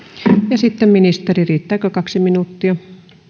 ja sitten ministeri riittääkö kaksi minuuttia arvoisa